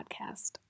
podcast